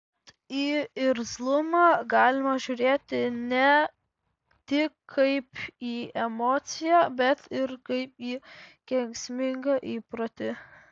bet į irzlumą galima žiūrėti ne tik kaip į emociją bet ir kaip į kenksmingą įprotį